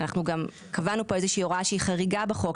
אנחנו גם קבענו פה איזושהי הוראה שהיא חריגה בחוק,